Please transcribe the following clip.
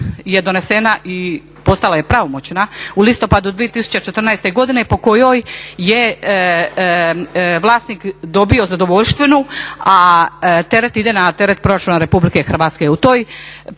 je donesena i postala je pravomoćna u listopadu 2014. godine po kojoj je vlasnik dobio zadovoljštinu, a teret ide na teret Proračuna RH. U toj